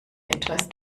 etwas